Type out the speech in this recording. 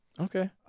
Okay